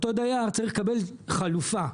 צריך לקבל חלופה,